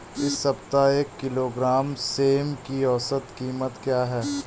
इस सप्ताह एक किलोग्राम सेम की औसत कीमत क्या है?